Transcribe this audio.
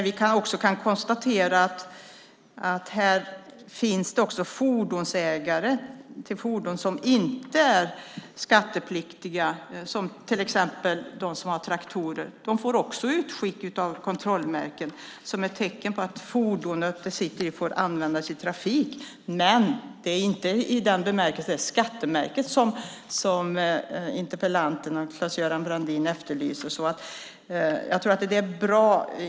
Vi kan också konstatera att det finns ägare av fordon som inte är skattepliktiga, till exempel traktorer, som också får utskick av kontrollmärken som ett tecken på att fordonet får användas i trafik, men det är inte ett skattemärke, som Claes-Göran Brandin efterlyser.